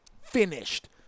Finished